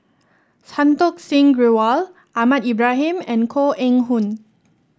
Santokh Singh Grewal Ahmad Ibrahim and Koh Eng Hoon